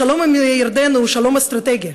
השלום עם ירדן הוא שלום אסטרטגי.